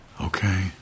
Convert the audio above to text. Okay